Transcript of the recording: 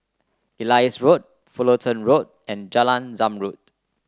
Elias Road Fullerton Road and Jalan Zamrud